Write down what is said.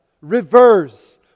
Reverse